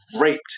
raped